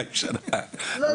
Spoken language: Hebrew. --- לא,